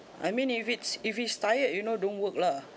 I mean if it's if it's tired you know don't work lah